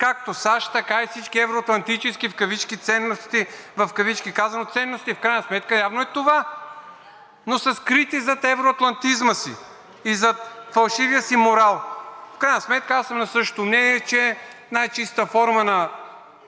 както САЩ, така и всички евро-атлантически „ценности“. В кавички казвам ценности. В крайна сметка явно е това, но са скрити зад евроатлантизма си и зад фалшивия си морал. В крайна сметка аз съм на същото мнение, че най-чиста форма на